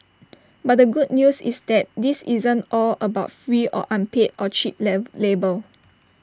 but the good news is that this isn't all about free or unpaid or cheap lamb labour